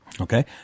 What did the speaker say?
Okay